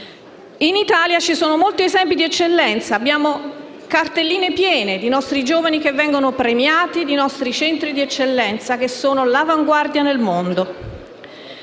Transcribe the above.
In Italia ci sono molti esempi di eccellenza: abbiamo cartelline piene di nostri giovani che vengono premiati e di nostri centri di eccellenza che sono all'avanguardia nel mondo.